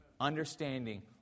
understanding